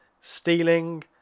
stealing